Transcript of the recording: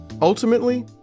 Ultimately